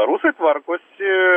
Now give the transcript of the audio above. rusai tvarkosi